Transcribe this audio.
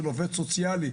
של עובד סוציאלי,